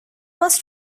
must